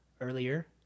earlier